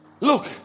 Look